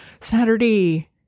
Saturday